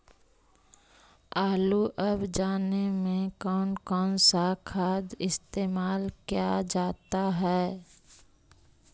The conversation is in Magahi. आलू अब जाने में कौन कौन सा खाद इस्तेमाल क्या जाता है?